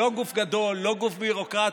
לא גוף גדול, לא גוף ביורוקרטי,